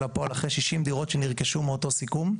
הפועל אחרי 60 דירות שנרכשו מאותו סיכום.